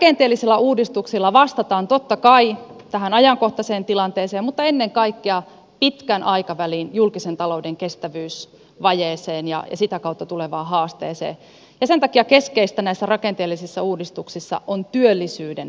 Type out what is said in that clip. rakenteellisilla uudistuksilla vastataan totta kai tähän ajankohtaiseen tilanteeseen mutta ennen kaikkea pitkän aikavälin julkisen talouden kestävyysvajeeseen ja sitä kautta tulevaan haasteeseen ja sen takia keskeistä näissä rakenteellisissa uudistuksissa on työllisyyden vahvistaminen